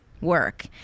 work